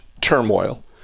turmoil